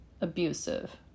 abusive